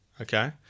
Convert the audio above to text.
Okay